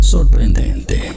Sorprendente